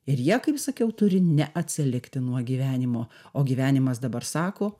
ir jie kaip sakiau turi neatsilikti nuo gyvenimo o gyvenimas dabar sako